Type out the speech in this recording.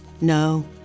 No